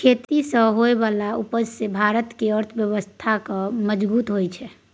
खेती सँ होइ बला उपज सँ भारत केर अर्थव्यवस्था मजगूत होइ छै